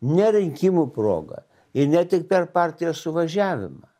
ne rinkimų proga ir ne tik per partijos suvažiavimą